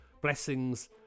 blessings